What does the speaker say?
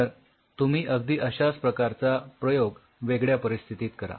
तर तुम्ही अगदी अश्याच प्रकारचा प्रयोग वेगळ्या परिस्थितीत करा